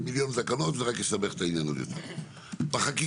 במגרש שבו מצוי מבנה שאינו מבנה הטעון חיזוק ולא נקבע בתוכנית